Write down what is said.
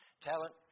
Talent